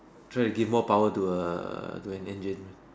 trying give more power to ah to an engine